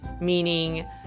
meaning